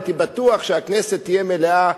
הייתי בטוח שהכנסת תהיה מלאה,